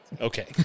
Okay